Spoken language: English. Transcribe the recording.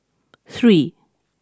three